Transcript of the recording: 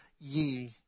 ye